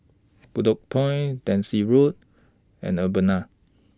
Bedok Point Daisy Road and Urbana